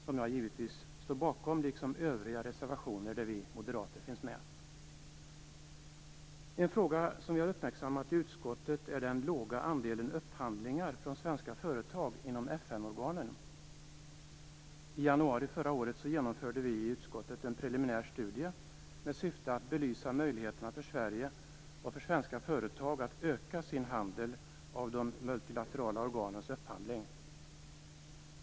Jag står givetvis bakom reservation 1, liksom övriga reservationer där vi moderater finns med. En fråga som vi har uppmärksammat i utskottet är den låga andelen upphandlingar från svenska företag inom FN-organen. I januari förra året genomförde utskottet en preliminär studie med syfte att belysa möjligheterna för Sverige och svenska företag att öka sin handel av de multilaterala organens upphandling.